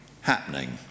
happening